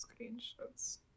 screenshots